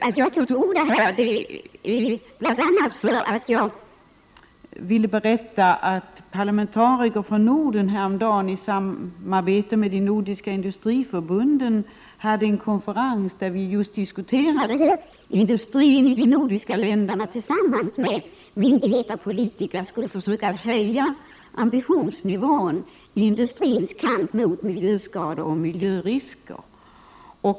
Att jag tar till orda beror bl.a. på att jag vill berätta att parlamentariker från Norden i samarbete med de nordiska industriförbunden häromdagen hade en konferens där vi just diskuterade hur industrin i de nordiska länderna tillsammans med myndigheter och politiker skulle försöka höja ambitionsnivån i industrins kamp mot miljöskador och miljörisker.